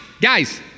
guys